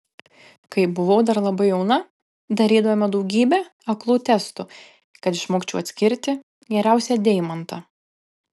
kai buvau dar labai jauna darydavome daugybę aklų testų kad išmokčiau atskirti geriausią deimantą